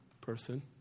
person